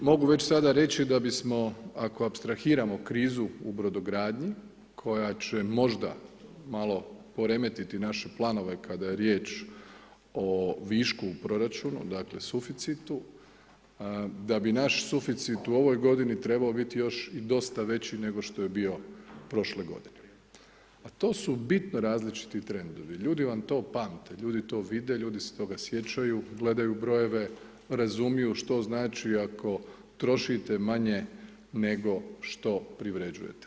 Mogu već sada reći da bismo ako apstrahiramo krizu u brodogradnji koja će možda malo poremetiti naše planove kada je riječ o višku u proračunu, dakle u suficitu, da bi naš suficit u ovoj godini trebao biti još i dosta veći nego što je bio prošle godine, a to su bitno različiti trendovi, ljudi vam to pamte, ljudi to vide, ljudi se toga sjećaju, gledaju brojeve, razumiju što znači ako trošite manje nego što privređujete.